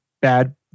bad